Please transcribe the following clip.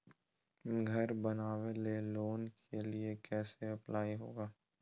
घर बनावे लिय लोन के लिए कैसे अप्लाई होगा?